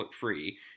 free